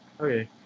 Okay